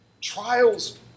trials